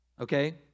Okay